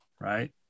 Right